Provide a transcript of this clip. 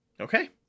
Okay